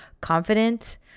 confident